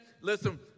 Listen